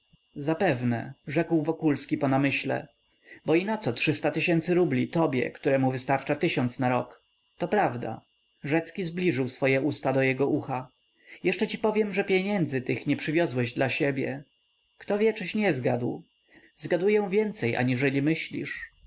zapewne rzekł wokulski po namyśle bo i naco trzysta tysięcy rubli tobie któremu wystarczało tysiąc na rok to prawda rzecki zbliżył swoje usta do jego ucha jeszcze ci powiem że pieniędzy tych nie przywiozłeś dla siebie kto wie czyś nie zgadł zgaduję więcej aniżeli myślisz